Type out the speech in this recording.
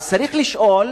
צריך לשאול